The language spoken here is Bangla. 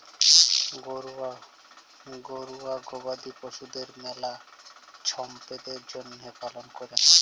ঘরুয়া গবাদি পশুদের মেলা ছম্পদের জ্যনহে পালন ক্যরা হয়